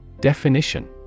Definition